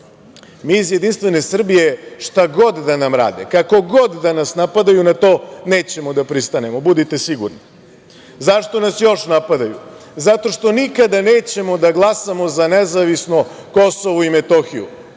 iz Jedinstvene Srbije, šta god da nam rade, kako god da nas napadaju na to nećemo da pristanemo. Budite sigurni. Zašto nas još napadaju? Zato što nikada nećemo da glasamo za nezavisno Kosovo i Metohiju.